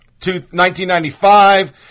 1995